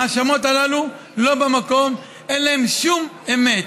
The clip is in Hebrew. ההאשמות הללו לא במקום, אין בהן שום אמת.